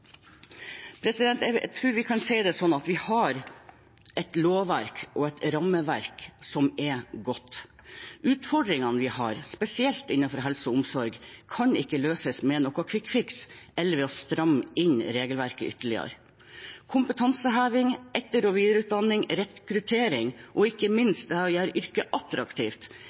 et rammeverk som er godt. Utfordringene vi har, spesielt innenfor helse og omsorg, kan ikke løses med noen kvikkfiks eller ved å stramme inn regelverket ytterligere. Kompetanseheving, etter- og videreutdanning, økt rekruttering og ikke minst å gjøre dette yrket attraktivt